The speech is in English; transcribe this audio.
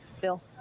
Bill